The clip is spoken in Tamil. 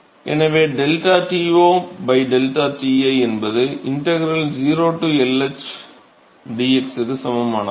எனவே ΔTo ΔTi என்பது இன்டெக்ரல் 0 Lh dx க்கு சமமானதா